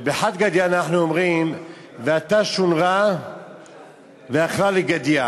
וב"חד גדיא" אנחנו אומרים: "ואתא שונרא ואכלה לגדיא",